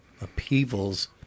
upheavals